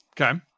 Okay